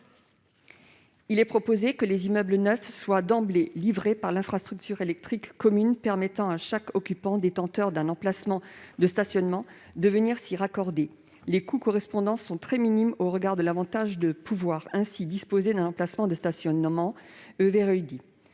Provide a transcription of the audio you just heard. Il est donc proposé que les immeubles neufs soient livrés, d'emblée, avec une infrastructure électrique commune permettant à chaque occupant détenteur d'un emplacement de stationnement de s'y raccorder. Les coûts correspondants sont minimes au regard de l'avantage de pouvoir ainsi disposer d'un tel emplacement au standard « EV Ready